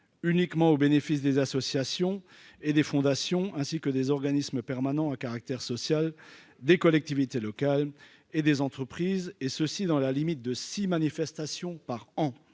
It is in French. uniquement au bénéfice des associations et des fondations, ainsi que des organismes permanents à caractère social des collectivités locales et des entreprises, et ce dans la limite de six manifestations par an.